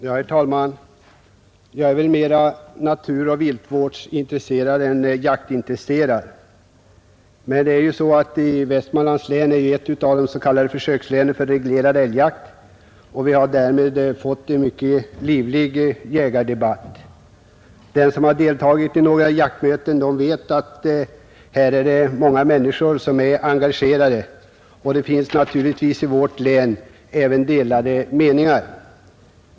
Herr talman! Jag är väl mera naturoch viltvårdsintresserad än jaktintresserad. Västmanlands län är ett av de s.k. försökslänen för reglerad älgjakt och vi har därmed fått till stånd en mycket livlig jägardebatt. Den som deltagit i några jaktmöten vet att det är många människor som är engagerade. Det finns naturligtvis även i vårt län delade meningar.